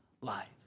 life